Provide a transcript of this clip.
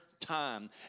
time